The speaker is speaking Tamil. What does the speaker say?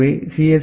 எனவே சி